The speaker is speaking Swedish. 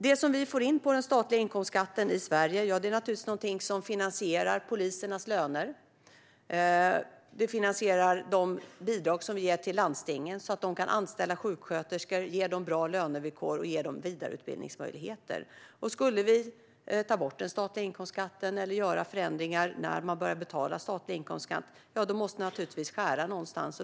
Det som vi får in på den statliga inkomstskatten i Sverige är naturligtvis någonting som finansierar polisernas löner och de bidrag som vi ger till landstingen, så att de kan anställa sjuksköterskor och ge dem bra lönevillkor och vidareutbildningsmöjligheter. Skulle vi ta bort den statliga inkomstskatten eller göra förändringar i när man ska börja betala statlig inkomstskatt måste vi naturligtvis skära någonstans.